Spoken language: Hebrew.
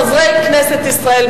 חברי כנסת ישראל,